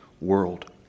world